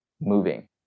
moving